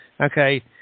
okay